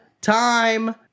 time